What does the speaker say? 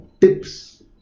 tips